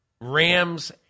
Rams